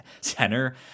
center